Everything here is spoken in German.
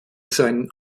sein